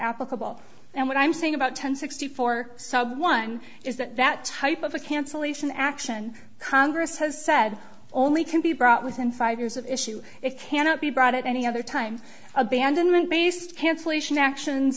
applicable and what i'm saying about ten sixty four sub one is that that type of a cancellation action congress has said only can be brought within five years of issue it cannot be brought at any other time abandonment based cancellation actions